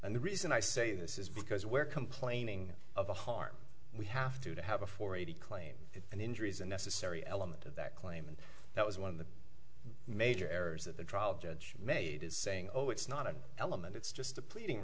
and the reason i say this is because we're complaining of a heart we have to have a for a claim and injuries a necessary element of that claim and that was one of the major errors that the trial judge made is saying oh it's not an element it's just a pleading